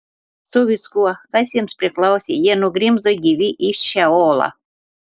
su viskuo kas jiems priklausė jie nugrimzdo gyvi į šeolą